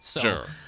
sure